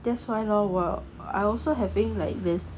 that's why lor 我 I also having like this